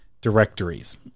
directories